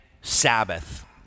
Sabbath